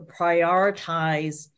prioritize